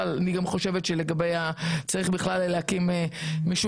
אני גם חושבת שצריך להקים גוף